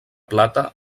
plata